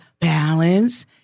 balance